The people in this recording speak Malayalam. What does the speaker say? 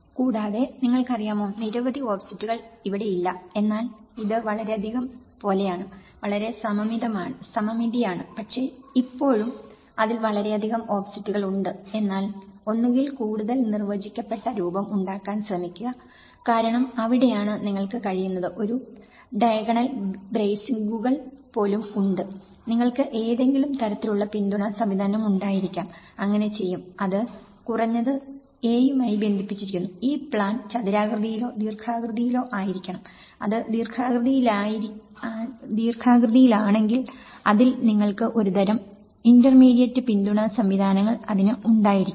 കൂടാതെ നിങ്ങൾക്കറിയാമോ നിരവധി ഓഫ്സെറ്റുകൾ ഇവിടെ ഇല്ല എന്നാൽ ഇത് വളരെയധികം പോലെയാണ് വളരെ സമമിതിയാണ് പക്ഷേ ഇപ്പോഴും അതിൽ വളരെയധികം ഓഫ്സെറ്റുകൾ ഉണ്ട് എന്നാൽ ഒന്നുകിൽ കൂടുതൽ നിർവചിക്കപ്പെട്ട രൂപം ഉണ്ടാക്കാൻ ശ്രമിക്കുക കാരണം അവിടെയാണ് നിങ്ങൾക്ക് കഴിയുന്നത് ഒരു ഡയഗണൽ ബ്രേസിംഗുകൾ പോലും ഉണ്ട് നിങ്ങൾക്ക് ഏതെങ്കിലും തരത്തിലുള്ള പിന്തുണാ സംവിധാനം ഉണ്ടായിരിക്കാം അങ്ങനെ ചെയ്യും അത് കുറഞ്ഞത് a യുമായി ബന്ധിപ്പിച്ചിരിക്കുന്നു ഈ പ്ലാൻ ചതുരാകൃതിയിലോ ദീർഘചതുരാകൃതിയിലോ ആയിരിക്കണം അത് ദീർഘചതുരാകൃതിയിലാണെങ്കിൽ അതിൽ നിങ്ങൾക്ക് ഒരുതരം ഇന്റർമീഡിയറ്റ് പിന്തുണാ സംവിധാനങ്ങൾ അതിനു ഉണ്ടായിരിക്കണം